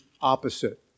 opposite